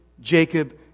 Jacob